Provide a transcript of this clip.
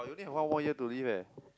you only have one more year to live eh